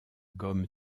gomme